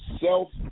self